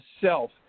self